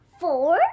four